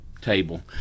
table